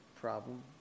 problem